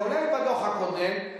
כולל הדוח הקודם,